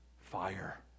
fire